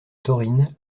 taurine